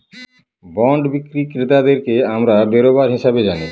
bond বিক্রি ক্রেতাদেরকে আমরা বেরোবার হিসাবে জানি